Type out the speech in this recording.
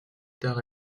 tard